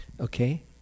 Okay